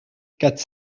quatre